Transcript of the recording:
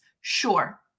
Sure